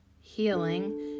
healing